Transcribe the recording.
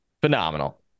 Phenomenal